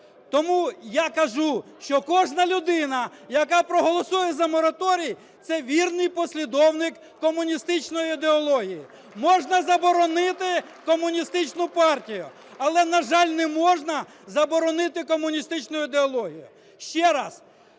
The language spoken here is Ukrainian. Тому я кажу, що кожна людина, яка проголосує за мораторій, – це вірний послідовний комуністичної ідеології. Можна заборонити Комуністичну партію, але, на жаль, неможна заборонити комуністичну ідеологію. Ще раз: